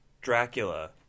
Dracula